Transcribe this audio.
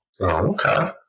Okay